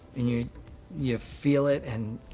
and you you feel it and.